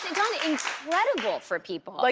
done incredible for people. like